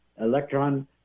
electron